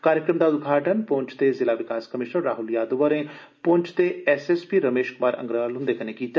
कार्यक्रम दा उद्घाटन पुंछ दे जिला विकास कमिश्नर राह्ल यादव होरें पुंछ दे S S P Ramesh Kumar Angral हंदे कन्नै कीता